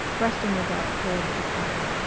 breasting the dark curve at the corner.